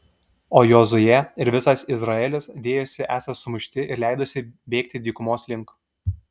o jozuė ir visas izraelis dėjosi esą sumušti ir leidosi bėgti dykumos link